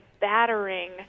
battering